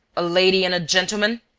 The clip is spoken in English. a lady and gentleman?